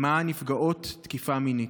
למען נפגעות תקיפה מינית.